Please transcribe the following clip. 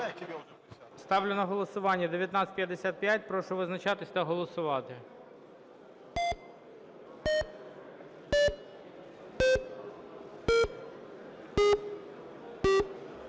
Ставлю на голосування 1960. Прошу визначатись та голосувати.